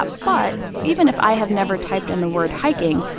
but but even if i have never typed in the word hiking,